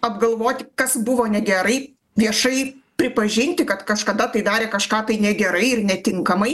apgalvoti kas buvo negerai viešai pripažinti kad kažkada tai darė kažką tai negerai ir netinkamai